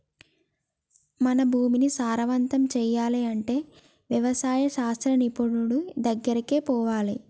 మన భూమిని సారవంతం చేయాలి అంటే వ్యవసాయ శాస్త్ర నిపుణుడి దెగ్గరికి పోవాలి